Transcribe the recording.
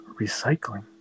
recycling